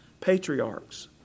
patriarchs